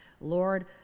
Lord